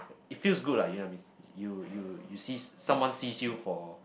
it feels good lah you know what I mean you you you see someone sees you for